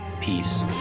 peace